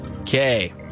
Okay